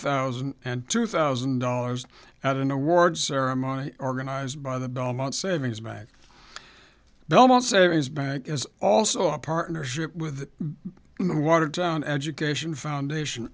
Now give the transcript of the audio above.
thousand and two thousand dollars at an awards ceremony organized by the belmont savings bank belmont savings bank is also a partnership with the watertown education foundation